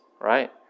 right